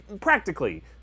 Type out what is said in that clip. practically